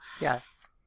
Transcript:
yes